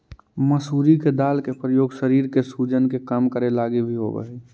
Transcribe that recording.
मसूरी के दाल के प्रयोग शरीर के सूजन के कम करे लागी भी होब हई